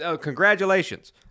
congratulations